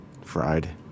fried